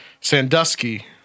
Sandusky